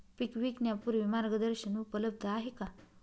पीक विकण्यापूर्वी मार्गदर्शन उपलब्ध आहे का?